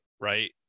Right